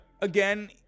Again